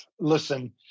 listen